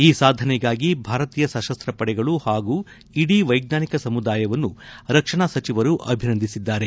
ಈ ಸಾಧನೆಗಾಗಿ ಭಾರತೀಯ ಸಶಸ್ತ ಪಡೆಗಳು ಹಾಗೂ ಇಡೀ ವೈಜ್ಞಾನಿಕ ಸಮುದಾಯವನ್ನು ರಕ್ಷಣಾ ಸಚಿವರು ಅಭಿನಂದಿಸಿದ್ದಾರೆ